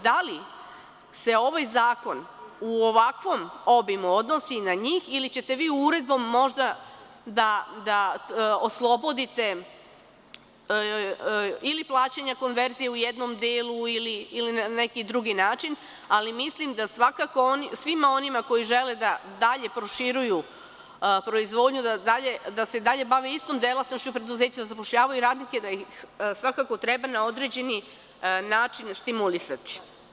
Da li se ovaj zakon u ovakvom obimu odnosi na njih ili ćete vi uredbom možda da oslobodite ili plaćanja konverzije u jednom delu ili na neki drugi način, ali mislim da svakako svima onima koji žele da dalje proširuju proizvodnju, da se i dalje bave istom delatnošću preduzeća, zapošljavaju radnike, da ih svakako treba na određeni način stimulisati?